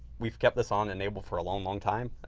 we've kept this on enabled for a long, long time.